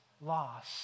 loss